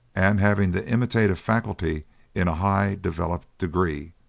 and having the imitative faculty in a high developed degree.